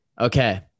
okay